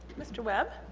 mr. webb